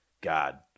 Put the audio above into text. God